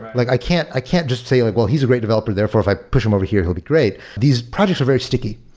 like i can't i can't just say like, well, he's a great developer. therefore if i push him over here, he'll be great. these projects are very sticky.